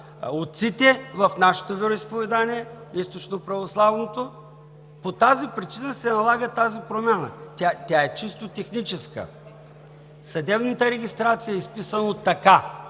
отците в нашето вероизповедание – източноправославното, по тази причина се налага тази промяна. Тя е чисто техническа. В съдебната регистрация е изписано така